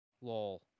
Lol